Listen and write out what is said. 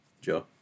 Joe